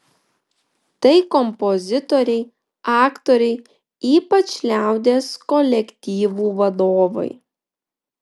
tai kompozitoriai aktoriai ypač liaudies kolektyvų vadovai